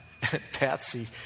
Patsy